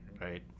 right